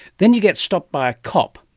then you get stopped by a cop,